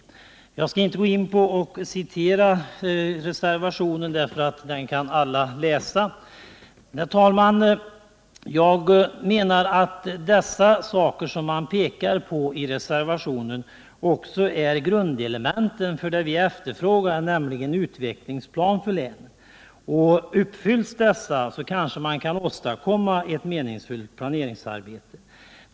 Men jag skall inte citera reservationen eftersom alla kan läsa den. Herr talman! Jag menar att de riktlinjer som reservationen pekar på är grundelement för det vi efterfrågar, nämligen en utvecklingsplan för länet. Uppfylls dessa kanske vi kan åstadkomma ett meningsfullt planeringsarbete.